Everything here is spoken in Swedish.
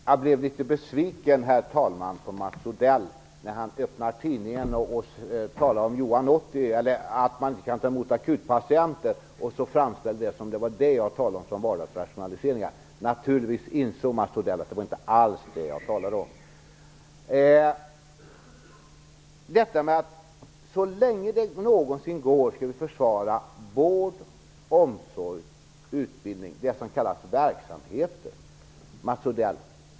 Herr talman! Jag blev litet besviken på Mats Odell när han öppnade tidningen och talade om Gunnar, 80, och att man inte kan ta emot akutpatienter. Han framställde det som om det var det jag menade med "vardagsrationaliseringar". Naturligtvis inser Mats Odell att det inte alls var det jag talade om. Mats Odell säger att man så länge det någonsin går skall försvara vård, omsorg och utbildning - det som kallas verksamheter.